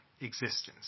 existence